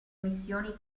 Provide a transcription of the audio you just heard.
missioni